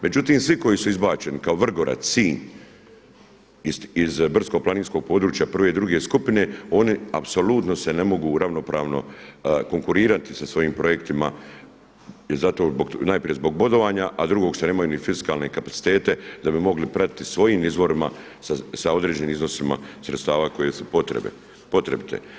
Međutim, svi koji su izbačeni kao Vrgorac, Sinj iz brdsko-planinskog područja 1. i 2. skupine, oni apsolutno se ne mogu ravnopravno konkurirati sa svojim projektima, najprije zbog bodovanja, a drugo što nemaju ni fiskalne kapacitete da bi mogli pratiti svojim izvorima sa određenim iznosima sredstava koje su potrebite.